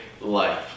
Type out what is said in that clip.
life